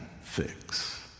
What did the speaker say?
fix